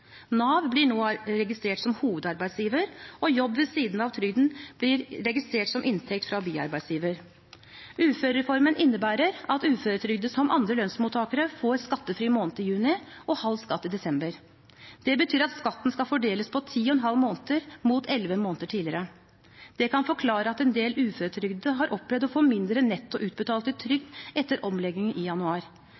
Nav blir nå registrert som hovedarbeidsgiver, og jobb ved siden av trygden blir registrert som inntekt fra biarbeidsgiver. Uførereformen innebærer at uføretrygdede, som andre lønnsmottakere, får skattefri måned i juni og halv skatt i desember. Det betyr at skatten skal fordeles på ti og en halv måned, mot elleve måneder tidligere. Det kan forklare at en del uføretrygdede har opplevd å få mindre netto utbetalt i trygd etter omleggingen i januar.